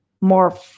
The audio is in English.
more